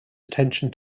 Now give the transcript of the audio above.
attention